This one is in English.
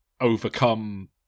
overcome